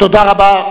תודה רבה.